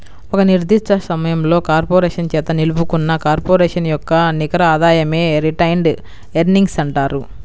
ఒక నిర్దిష్ట సమయంలో కార్పొరేషన్ చేత నిలుపుకున్న కార్పొరేషన్ యొక్క నికర ఆదాయమే రిటైన్డ్ ఎర్నింగ్స్ అంటారు